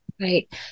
Right